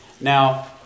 Now